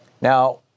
Now